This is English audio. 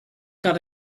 got